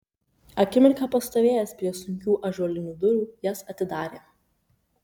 akimirką pastovėjęs prie sunkių ąžuolinių durų jas atidarė